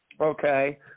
okay